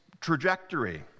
trajectory